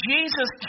Jesus